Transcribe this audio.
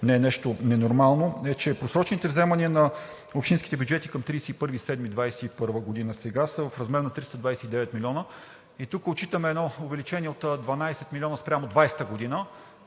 не е нещо ненормално, е, че просрочените вземания на общинските бюджети към 31 юли 2021 г. сега са в размер на 329 милиона. Тук отчитаме увеличение от 12 милиона спрямо 2020 г. Но,